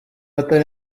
atari